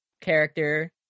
character